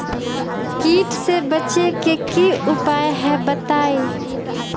कीट से बचे के की उपाय हैं बताई?